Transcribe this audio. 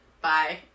Bye